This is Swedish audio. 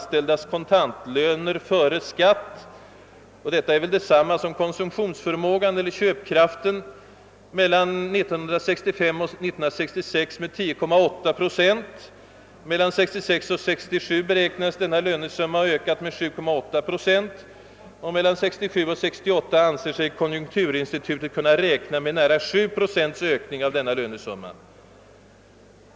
ställdas kontantlöner före skatt — och det är väl detsamma som konsumtionsförmågan eller köpkraften — med 10,8 procent mellan 1965 och 1966; mellan 1966 och 1967 beräknas denna lönesumma ha ökat med 7,8 procent, och mellan 1967 och 1968 anser sig konjunkturinstitutet kunna räkna med nära 7 procents ökning.